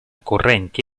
correnti